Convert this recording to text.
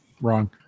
wrong